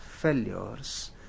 failures